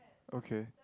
okay